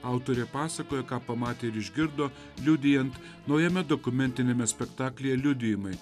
autorė pasakoja ką pamatė ir išgirdo liudijant naujame dokumentiniame spektaklyje liudijimai